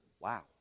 Wow